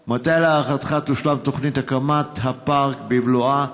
4. מתי להערכתך תושלם תוכנית הקמת הפארק במלואה?